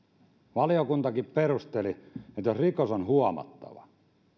valiokuntakin perusteli että jos rikos on huomattava